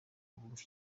abumva